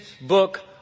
book